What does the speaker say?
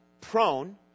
prone